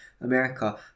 America